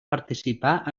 participar